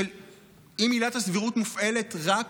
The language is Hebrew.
אם עילת הסבירות מופעלת רק